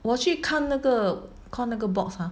我去看那个看那个 box ah